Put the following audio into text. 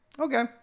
okay